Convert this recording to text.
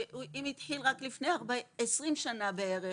שאם זה התחיל רק לפני 20 שנה בערך,